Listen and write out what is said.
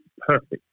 perfect